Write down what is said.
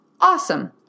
awesome